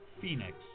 Phoenix